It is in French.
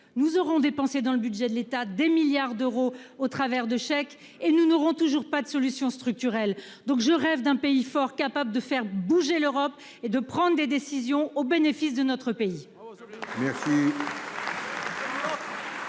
nous aurons dépensé dans le budget de l'état des milliards d'euros au travers de chèques et nous n'auront toujours pas de solution structurelle. Donc, je rêve d'un pays fort capable de faire bouger l'Europe et de prendre des décisions au bénéfice de notre pays.